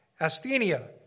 asthenia